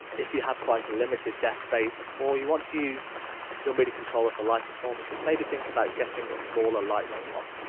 if you have quite a limited desk space or you want to use your midi controller for live performances maybe think about getting a smaller lightweight one.